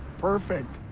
perfect.